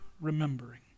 remembering